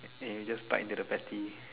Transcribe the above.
then you just bite into the patty